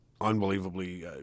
unbelievably